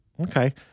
Okay